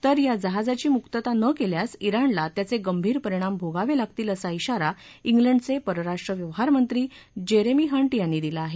तर या जहाजाची मुक्तता न केल्यास ज्ञाणला त्याचे गंभीर परिणाम भोगावे लागतील असा विगारा किंडचे परराष्ट्र व्यवहारमंत्री जेरेमी हंट यांनी दिला आहे